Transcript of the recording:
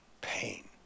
pain